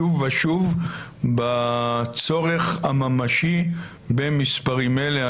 שוב ושוב, בצורך הממשי במספרים האלה.